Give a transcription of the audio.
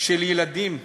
של ילדים קטינים,